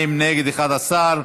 בעד 52, נגד, 11,